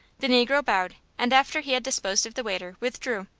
the negro bowed, and after he had disposed of the waiter, withdrew.